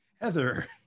Heather